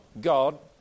God